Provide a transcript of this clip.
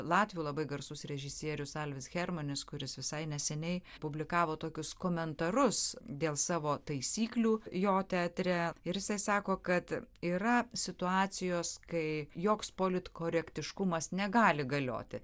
latvių labai garsus režisierius alvis hermanas kuris visai neseniai publikavo tokius komentarus dėl savo taisyklių jo teatre ir jisai sako kad yra situacijos kai joks politkorektiškumas negali galioti